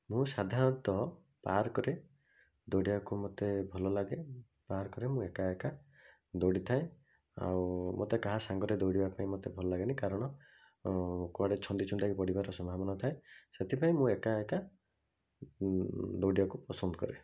ମୁଁ ସାଧାରଣତଃ ପାର୍କରେ ଦୌଡ଼ିବାକୁ ମୋତେ ଭଲ ଲାଗେ ପାର୍କରେ ମୁଁ ଏକା ଏକା ଦୌଡ଼ିଥାଏ ଆଉ ମୋତେ କାହା ସାଙ୍ଗରେ ଦୌଡ଼ିବା ପାଇଁ ମୋତେ ଭଲ ଲାଗେନି କାରଣ କୁଆଡ଼େ ଛନ୍ଦି ଛୁନ୍ଦାକି ପଡ଼ିବାର ସମ୍ଭାବନା ଥାଏ ସେଥିପାଇଁ ମୁଁ ଏକା ଏକା ଦୌଡ଼ିବାକୁ ପସନ୍ଦ କରେ